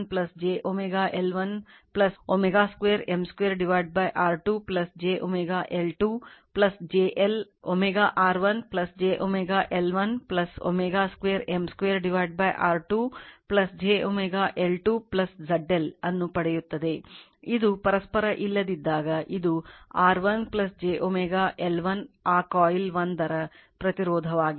ಈ ಪದವು ω R1 j ωL1 ω2 M2 R2 jω L2 ZL ಅನ್ನು ಪಡೆಯುತ್ತದೆ ಇದು ಪರಸ್ಪರ ಇಲ್ಲದಿದ್ದಾಗ ಇದು R1 j ωL1 ಆ ಕಾಯಿಲ್ 1 ರ ಪ್ರತಿರೋಧವಾಗಿದೆ